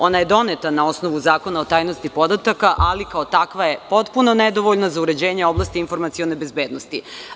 Ona je doneta na osnovu Zakona o tajnosti podataka, ali kao takva je potpuno nedovoljna za uređenje oblasti informacione bezbednosti.